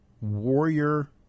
warrior